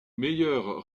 meilleurs